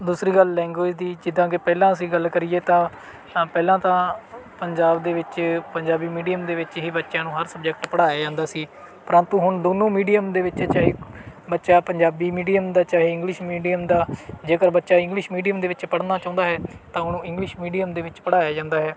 ਦੂਸਰੀ ਗੱਲ ਲੈਂਗੁਏਜ ਦੀ ਜਿੱਦਾਂ ਕਿ ਪਹਿਲਾਂ ਅਸੀਂ ਗੱਲ ਕਰੀਏ ਤਾਂ ਤਾਂ ਪਹਿਲਾਂ ਤਾਂ ਪੰਜਾਬ ਦੇ ਵਿੱਚ ਪੰਜਾਬੀ ਮੀਡੀਅਮ ਦੇ ਵਿੱਚ ਹੀ ਬੱਚਿਆਂ ਨੂੰ ਹਰ ਸਬਜੈਕਟ ਪੜ੍ਹਾਇਆ ਜਾਂਦਾ ਸੀ ਪ੍ਰੰਤੂ ਹੁਣ ਦੋਨੋਂ ਮੀਡੀਅਮ ਦੇ ਵਿੱਚ ਚਾਹੇ ਬੱਚਾ ਪੰਜਾਬੀ ਮੀਡੀਆ ਦਾ ਚਾਹੇ ਇੰਗਲਿਸ਼ ਮੀਡੀਅਮ ਦਾ ਜੇਕਰ ਬੱਚਾ ਇੰਗਲਿਸ਼ ਮੀਡੀਅਮ ਦੇ ਵਿੱਚ ਪੜ੍ਹਨਾ ਚਾਹੁੰਦਾ ਹੈ ਤਾਂ ਹੁਣ ਉਹ ਇੰਗਲਿਸ਼ ਮੀਡੀਅਮ ਦੇ ਵਿੱਚ ਪੜ੍ਹਾਇਆ ਜਾਂਦਾ ਹੈ